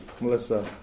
Melissa